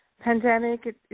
pandemic